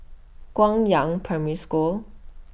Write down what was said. Guangyang Primary School